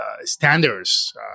standards